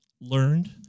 learned